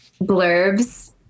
blurbs